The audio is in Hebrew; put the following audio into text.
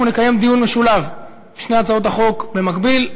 אנחנו נקיים דיון משולב בשתי הצעות החוק במקביל.